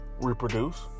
reproduce